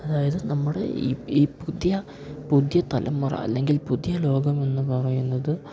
അതായത് നമ്മുടെ ഈ ഈ പുതിയ പുതിയ തലമുറ അല്ലെങ്കിൽ പുതിയ ലോകമെന്ന് പറയുന്നത്